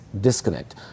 disconnect